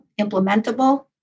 implementable